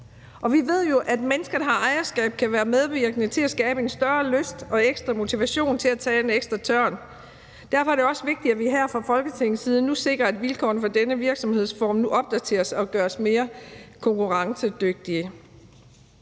Vi ved jo, at mennesker, der har ejerskab, kan være medvirkende til at skabe en større lyst og ekstra motivation til at tage en ekstra tørn. Derfor er det også vigtigt, at vi her fra Folketingets side nu sikrer, at vilkårene for denne virksomhedsform opdateres og gøres mere konkurrencedygtige.